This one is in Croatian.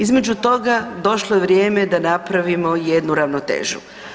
Između toga došlo je vrijeme da napravimo jednu ravnotežu.